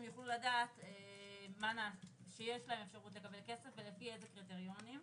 יוכלו לדעת שיש להם אפשרות לקבל כסף ולפי איזה קריטריונים.